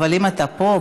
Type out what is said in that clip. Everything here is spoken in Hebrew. אבל אם אתה פה,